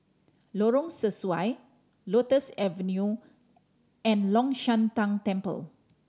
Lorong Sesuai Lotus Avenue and Long Shan Tang Temple